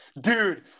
dude